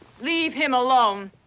leave him alone!